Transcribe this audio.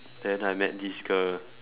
then I met this girl